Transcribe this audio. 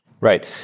Right